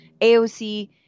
AOC